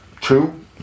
two